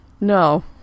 No